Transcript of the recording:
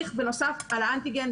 בנוסף לאנטיגן,